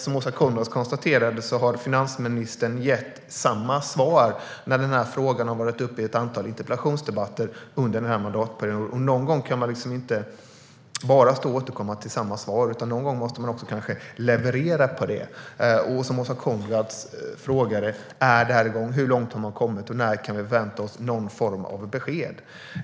Som Åsa Coenraads konstaterade har finansministern gett samma svar när denna fråga har tagits upp i ett antal interpellationsdebatter under denna mandatperiod. Man kan inte bara återkomma till samma svar, utan någon gång måste man kanske också leverera. Åsa Coenraads frågade hur långt man har kommit och när vi kan vänta oss någon form av besked.